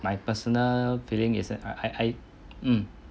my personal feeling is that I I I mm